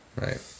right